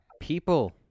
People